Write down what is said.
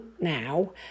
now